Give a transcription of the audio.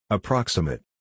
Approximate